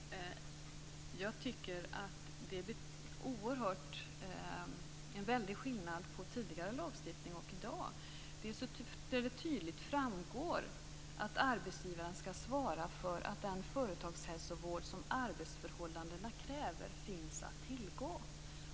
Herr talman! Jag tycker att det är en väldig skillnad när man jämför dagens lagstiftning med den tidigare. Det framgår tydligt att arbetsgivaren ska svara för att den företagshälsovård som arbetsförhållandena kräver finns att tillgå.